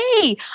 Hey